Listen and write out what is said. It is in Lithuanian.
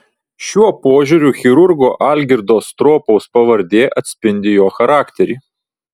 šiuo požiūriu chirurgo algirdo stropaus pavardė atspindi jo charakterį